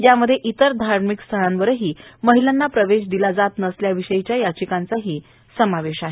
यामध्ये इतर धार्मिक स्थळांवरही महिलांना प्रवेश दिला जात नसल्याविषयीच्या याचिकाही समाविष्ट आहेत